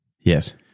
Yes